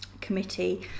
committee